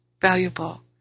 valuable